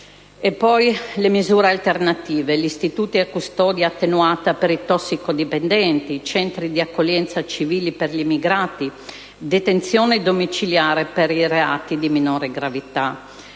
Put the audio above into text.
alle misure alternative, vorrei ricordare gli istituti a custodia attenuata per i tossicodipendenti, centri di accoglienza civili per gli immigrati, detenzione domiciliare per i reati di minore gravità.